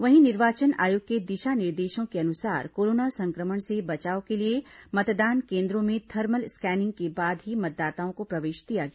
वहीं निर्वाचन आयोग के दिशा निर्देशों के अनुसार कोरोना संक्रमण से बचाव के लिए मतदान केन्द्रों में थर्मल स्कैनिंग के बाद ही मतदाताओं को प्रवेश दिया गया